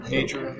Nature